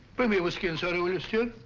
bring me a whiskey and soda will you stewart?